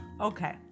Okay